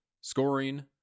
scoring